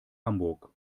hamburg